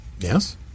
Yes